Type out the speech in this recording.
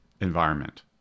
environment